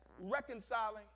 reconciling